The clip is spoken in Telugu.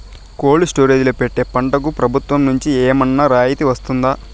కోల్డ్ స్టోరేజ్ లో పెట్టిన పంటకు ప్రభుత్వం నుంచి ఏమన్నా రాయితీ వస్తుందా?